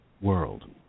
world